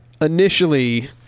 initially